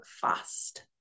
fast